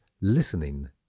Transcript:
listening